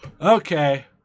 Okay